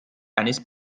eines